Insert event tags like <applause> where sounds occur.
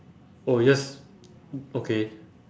oh yes <noise> okay